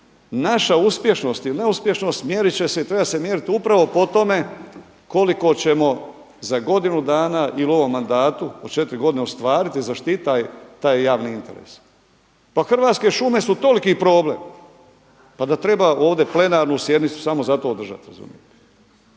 Naša uspješnost ili neuspješnost mjerit će se i treba se mjerit upravo po tome koliko ćemo za godinu dana ili u ovom mandatu od četiri godine ostvariti i zaštititi taj javni interes. Pa Hrvatske šume su toliki problem, pa da treba ovdje plenarnu sjednicu samo za to održati.